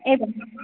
एवं